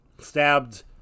stabbed